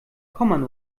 common